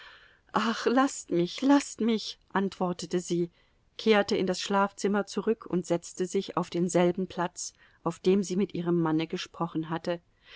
ach laßt mich laßt mich antwortete sie kehrte in das schlafzimmer zurück und setzte sich auf denselben platz auf dem sie mit ihrem manne gesprochen hatte